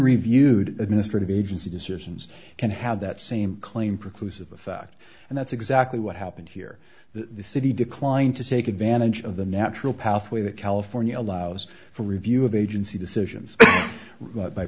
reviewed administrative agency decisions can have that same claim precludes of the fact and that's exactly what happened here the city declined to take advantage of the natural pathway that california allows for review of agency decisions